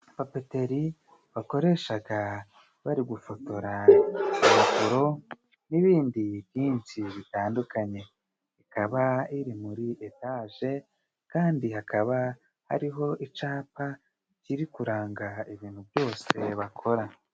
Papeteri bakoreshaga bari gufotora impapuro n'ibindi byinshi bitandukanye. Ikaba iri muri etaje kandi hakaba hariho icapa kiri kuranga ibintu byose bakora.